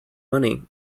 money